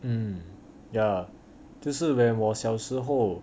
mm ya 就是 when 我小时候